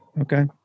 Okay